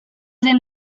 den